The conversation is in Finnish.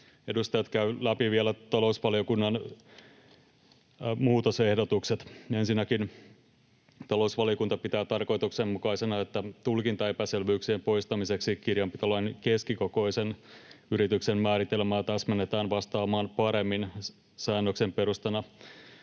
edustajat! Käyn läpi vielä talousvaliokunnan muutosehdotukset: Ensinnäkin: talousvaliokunta pitää tarkoituksenmukaisena, että tulkintaepäselvyyksien poistamiseksi kirjanpitolain keskikokoisen yrityksen määritelmää täsmennetään vastaamaan paremmin säännöksen perustana